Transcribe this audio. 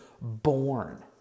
born